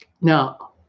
Now